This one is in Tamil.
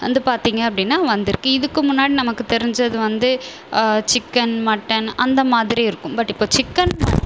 வந்து பார்த்திங்க அப்படினா வந்துருக்கு இதுக்கு முன்னாடி நமக்கு தெரிஞ்சது வந்து சிக்கன் மட்டன் அந்தமாதிரி இருக்கும் பட் இப்போ சிக்கன் வந்